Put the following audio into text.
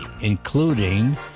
including